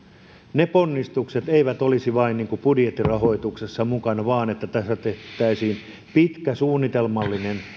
ne ponnistukset eivät olisi vain budjettirahoituksessa mukana vaan että tässä tehtäisiin pitkä suunnitelmallinen